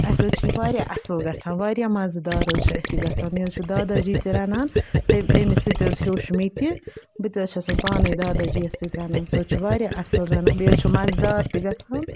اَسہِ حظ چھِ یہِ واریاہ اَصٕل گژھان واریاہ مَزٕدار حظ چھُ اَسہِ یہِ گژھان مےٚ حظ چھِ داداجی تہِ رَنان تٔمۍ تٔمِس سۭتۍ حظ ہیوٚچھ مےٚ تہِ بہٕ تہِ حظ چھٮ۪س وۄنۍ پانَے داداجی یَس سۭتۍ رَنان سُہ حظ چھِ واریاہ اَصٕل رَنان بیٚیہِ حظ چھُ مَزٕدار تہِ گژھان